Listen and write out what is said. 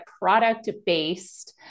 product-based